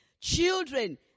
children